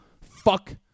Fuck